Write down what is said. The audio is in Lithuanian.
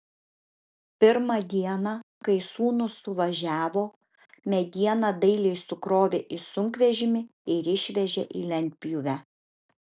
pirmą dieną kai sūnūs suvažiavo medieną dailiai sukrovė į sunkvežimį ir išvežė į lentpjūvę